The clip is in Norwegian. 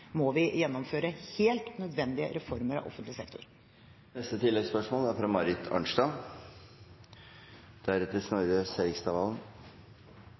vi må gjennomføre helt nødvendige reformer av offentlig sektor.